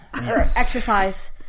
Exercise